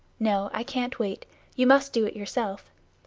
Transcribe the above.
no, i can't wait you must do it yourself.